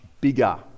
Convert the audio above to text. bigger